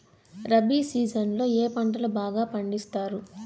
rabi season లో ఏ పంటలు బాగా పండిస్తారు